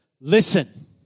listen